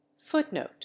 footnote